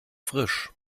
frisch